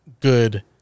good